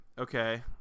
okay